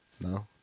No